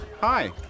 Hi